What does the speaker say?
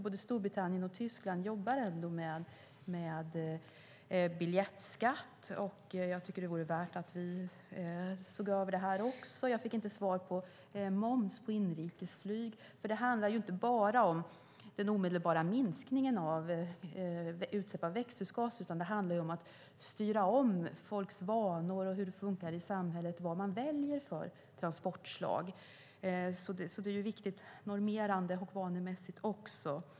Både Storbritannien och Tyskland jobbar med biljettskatt. Jag tycker att vi också borde titta på det. Jag fick inte svar på frågan om moms på inrikesflyg. Det handlar ju inte bara om den omedelbara minskningen av utsläpp av växthusgaser, utan det handlar om att styra om folks vanor, hur det fungerar i samhället och vilka transportslag man väljer.